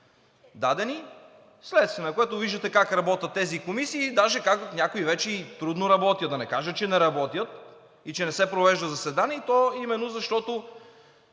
дадени, вследствие на което виждате как работят тези комисии. Някои комисии вече трудно работят, да не кажа, че не работят и че не се провеждат заседания, и то именно защото